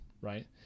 right